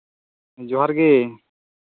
ᱡᱚᱦᱟᱨ ᱜᱮ